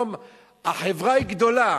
החברה היא גדולה,